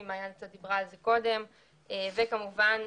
צריך